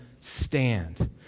stand